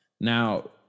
Now